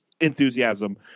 enthusiasm